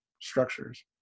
structures